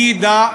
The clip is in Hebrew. מי ידע?